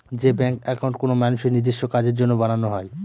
যে bank account কোনো মানুষের নিজেস্ব কাজের জন্য বানানো হয়